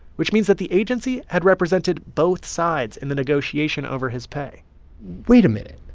which means that the agency had represented both sides in the negotiation over his pay wait a minute.